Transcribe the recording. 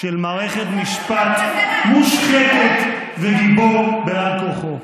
של מערכת משפט מושחתת וכגיבור בעל כורחו.